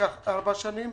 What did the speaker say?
לקח ארבע שנים.